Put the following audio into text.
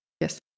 Yes